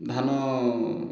ଧାନ